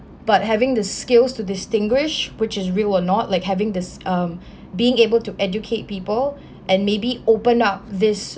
but having the skills to distinguish which is real or not like having this um being able to educate people and maybe open up this